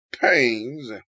pains